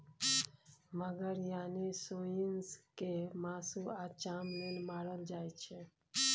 मगर यानी सोंइस केँ मासु आ चाम लेल मारल जाइ छै